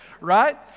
right